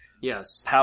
Yes